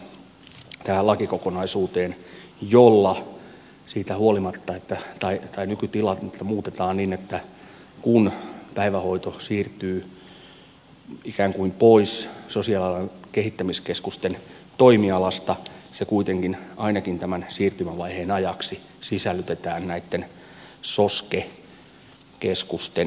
lakiesityksen tähän lakikokonaisuuteen jolla nykytilannetta muutetaan niin että kun päivähoito siirtyy ikään kuin pois sosiaalialan kehittämiskeskusten toimialasta se kuitenkin ainakin tämän siirtymävaiheen ajaksi sisällytetään soske keskusten tehtäviin